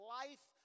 life